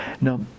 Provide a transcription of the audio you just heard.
Now